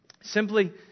Simply